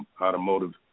automotive